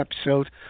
episode